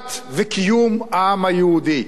הצלת וקיום העם היהודי.